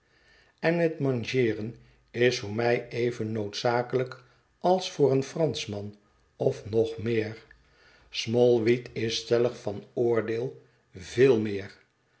en het mangeren is voor mij even noodzakelijk als voor een franschman of nog meer smallweed is stellig van oordeel veel meer